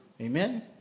Amen